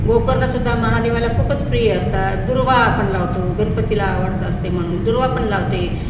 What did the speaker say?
गोकर्णसुद्धा महादेवाला खूपच प्रिय असतात दुर्वा आपण लावतो गणपतीला आवडत असते म्हणून दुर्वा पण लावते